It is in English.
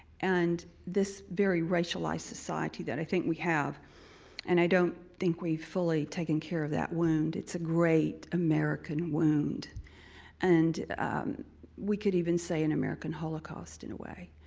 and this very racialized society that i think we have and i don't think we've fully taken care of that wound. it's a great american wound and we could even say an american holocaust in a way.